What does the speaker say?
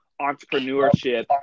entrepreneurship